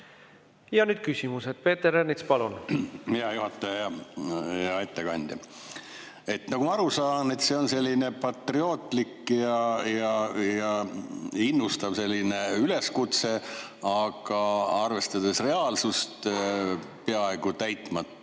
Ja nüüd küsimused. Peeter Ernits, palun! Hea juhataja! Hea ettekandja! Nagu ma aru saan, on see selline patriootlik ja innustav üleskutse, aga arvestades reaalsust, peaaegu täitumatu.